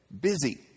busy